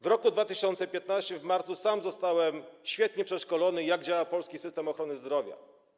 W roku 2015, w marcu, sam zostałem świetnie przeszkolony, jeśli chodzi o to, jak działa polski system ochrony zdrowia.